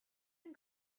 and